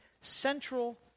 central